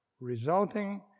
resulting